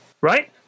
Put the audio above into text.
right